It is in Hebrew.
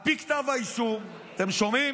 "על פי כתב האישום" אתם שומעים?